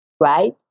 right